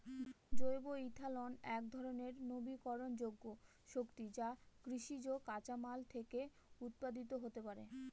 জৈব ইথানল একধরনের নবীকরনযোগ্য শক্তি যা কৃষিজ কাঁচামাল থেকে উৎপাদিত হতে পারে